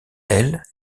elle